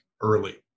early